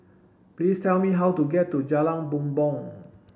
please tell me how to get to Jalan Bumbong